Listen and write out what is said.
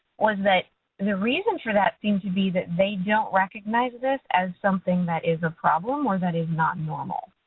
was that the reason for that seemed to be that they don't recognize this as something that is a problem or that is not normal.